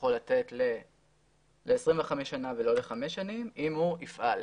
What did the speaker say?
לתת ל-25 שנים ולא לחמש שנים אם הוא יפעל.